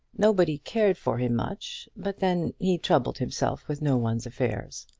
nobody cared for him much but then he troubled himself with no one's affairs.